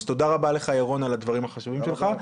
תודה רבה לך ירון על הדברים החשובים שלך.